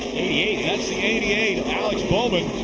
eight. that's the eighty eight of alex bowman.